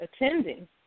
attending